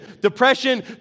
Depression